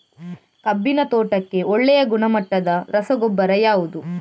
ಕಬ್ಬಿನ ತೋಟಕ್ಕೆ ಒಳ್ಳೆಯ ಗುಣಮಟ್ಟದ ರಸಗೊಬ್ಬರ ಯಾವುದು?